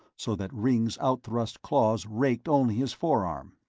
so that ringg's outthrust claws raked only his forearm.